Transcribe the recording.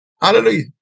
Hallelujah